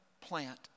plant